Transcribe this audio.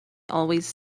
always